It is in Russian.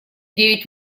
девять